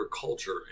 culture